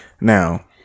now